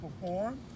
perform